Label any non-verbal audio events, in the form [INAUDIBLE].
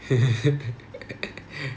[LAUGHS]